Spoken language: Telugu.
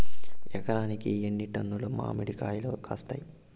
ఎకరాకి ఎన్ని టన్నులు మామిడి కాయలు కాస్తాయి?